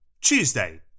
Tuesday